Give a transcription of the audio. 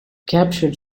captured